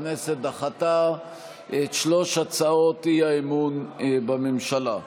הכנסת דחתה את שלוש הצעות האי-אמון בממשלה.